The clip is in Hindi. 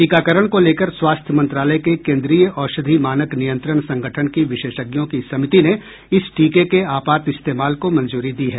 टीकाकरण को लेकर स्वास्थ्य मंत्रालय के केन्द्रीय औषधि मानक नियंत्रण संगठन की विशेषज्ञों की समिति ने इस टीके के आपात इस्तेमाल को मंजूरी दी है